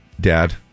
Dad